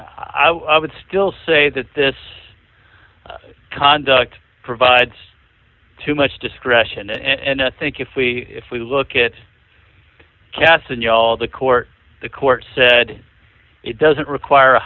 i would still say that this conduct provides too much discretion and i think if we if we look at cats and all the court the court said it doesn't require a